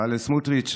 בצלאל סמוטריץ',